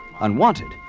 unwanted